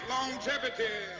Longevity